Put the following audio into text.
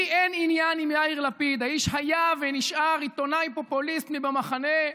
לי אין עניין עם יאיר לפיד; האיש היה ונשאר עיתונאי פופוליסט מבמחנה,